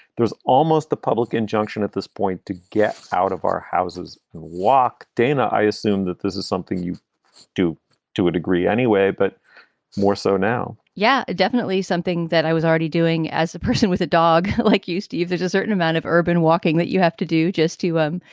there's almost a public injunction at this point to get out of our houses walk. dana, i assume that this is something you do to a degree anyway, but more so now yeah, definitely something that i was already doing as a person with a dog like you, steve. there's a certain amount of urban walking that you have to do just to, um,